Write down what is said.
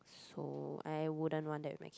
so I wouldn't want that with my